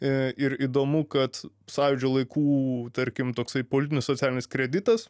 ir įdomu kad sąjūdžio laikų tarkim toksai politinis socialinis kreditas